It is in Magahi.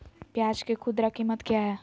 प्याज के खुदरा कीमत क्या है?